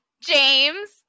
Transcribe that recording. James